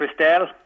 Christelle